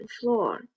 floor